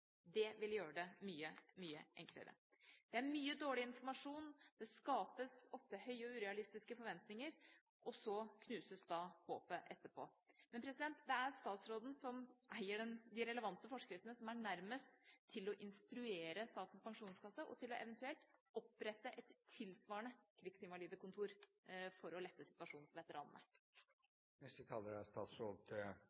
Det ville gjøre det mye, mye enklere. Det er mye dårlig informasjon, det skapes ofte høye og urealistiske forventninger, og så knuses håpet etterpå. Men det er statsråden som eier de relevante forskriftene, og som er nærmest til å instruere Statens pensjonskasse og til eventuelt å opprette et tilsvarende krigsinvalidekontor for å lette situasjonen